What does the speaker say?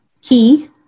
key